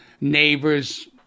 Neighbors